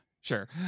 sure